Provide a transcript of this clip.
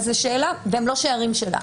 זו שאלה, והם לא שארים שלה.